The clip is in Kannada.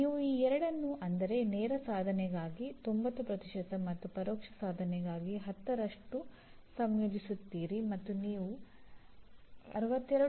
ನೀವು ಈ ಎರಡನ್ನು ಅಂದರೆ ನೇರ ಸಾಧನೆಗಾಗಿ 90 ಮತ್ತು ಪರೋಕ್ಷ ಸಾಧನೆಗಾಗಿ 10 ರಷ್ಟು ಸಂಯೋಜಿಸುತ್ತೀರಿ ಮತ್ತು ನೀವು 62